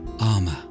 armor